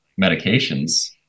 medications